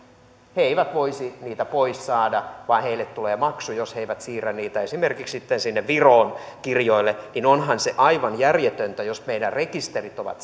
he eivät voisi niitä pois saada vaan heille tulee maksu jos he eivät siirrä niitä esimerkiksi sitten sinne viroon kirjoille onhan se aivan järjetöntä jos meidän rekisterit ovat